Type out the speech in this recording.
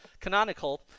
canonical